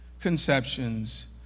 conceptions